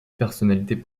personnalités